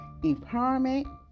empowerment